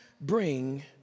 bring